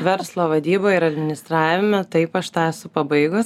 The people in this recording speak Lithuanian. verslo vadyboj ir administravime taip aš tą esu pabaigus